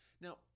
Now